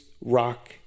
rock